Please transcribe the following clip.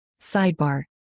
Sidebar